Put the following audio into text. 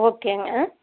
ஓகேங்க